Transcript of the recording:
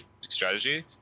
strategy